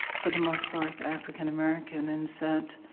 for the most part, african-american and said,